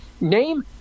Name